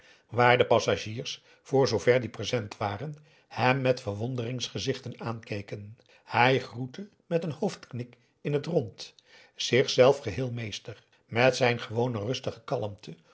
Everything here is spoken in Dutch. waar de passagiers voorzoover die present waren hem met verwonderingsgezichten aankeken hij groette met een hoofdknik in het rond zichzelf geheel meester met zijn gewone rustige kalmte